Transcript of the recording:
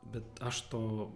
bet aš to